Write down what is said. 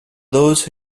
those